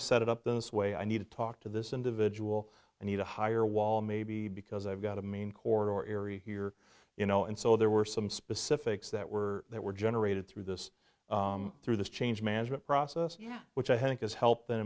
to set it up this way i need to talk to this individual and need a higher wall maybe because i've got a marine corps eery here you know and so there were some specifics that were that were generated through this through this change management process which i think is help tha